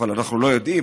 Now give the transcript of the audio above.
אבל אנחנו לא יודעים,